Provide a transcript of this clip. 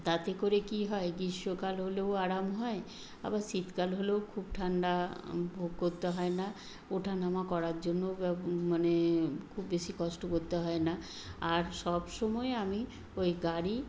তাতে করে কী হয় গীষ্মকাল হলেও আরাম হয় আবার শীতকাল হলেও খুব ঠান্ডা ভোগ কোতে হয় না ওঠা নামা করার জন্য বা মানে খুব বেশি কষ্ট করতে হয় না আর সব সময় আমি ওই গাড়ি